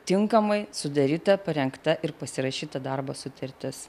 tinkamai sudaryta parengta ir pasirašyta darbo sutartis